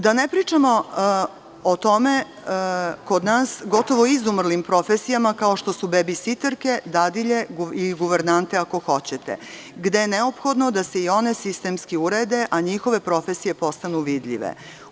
Da ne pričamo o tome da sukod nas gotovo izumrle profesije kao što su bebisiterke, dadilje ili guvernante ako hoćete, gde je neophodno da se i one sistemski urede, a njihove profesije postanu vidljive.